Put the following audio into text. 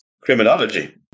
criminology